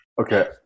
Okay